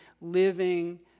living